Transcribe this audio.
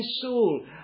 soul